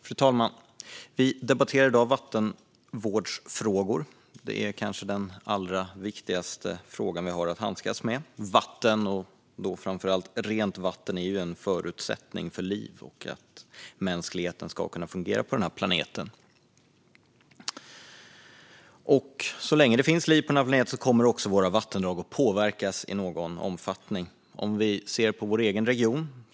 Fru talman! Vi debatterar i dag vattenvård. Det är kanske den allra viktigaste frågan vi har att handskas med. Vatten, och framför allt rent vatten, är ju en förutsättning för liv och för att mänskligheten ska kunna fungera på den här planeten. Och så länge det finns liv på den här planeten kommer också våra vattendrag att påverkas i någon omfattning. Vi kan se på vår egen region.